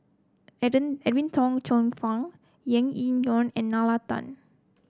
Edwin Tong Chun Fai Yau Tian Yau and Nalla Tan